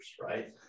right